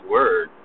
Word